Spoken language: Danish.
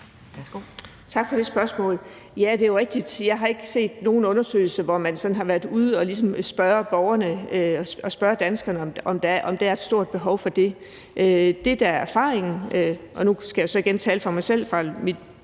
Tak for det spørgsmål. Ja, det er jo rigtigt, at jeg ikke har set nogen undersøgelser, hvor man sådan har været ude og ligesom spørge borgerne, spørge danskerne, om der er et stort behov for det. Det, der er erfaringen – og nu skal jeg så igen tale for mig selv fra mit